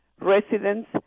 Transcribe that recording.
residents